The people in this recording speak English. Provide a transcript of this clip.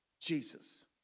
Jesus